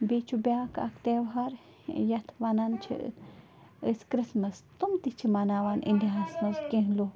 بیٚیہِ چھُ بیٛاکھ اَکھ تِوہار یِتھ وَنان چھِ أسۍ کِرسمَس تِم تہِ چھِ مناوان اِنڈِیا ہس منٛز کیٚنٛہہ لُکھ